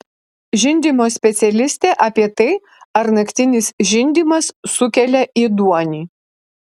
žindymo specialistė apie tai ar naktinis žindymas sukelia ėduonį